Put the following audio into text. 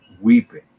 weeping